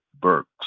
Burks